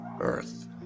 earth